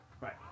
Right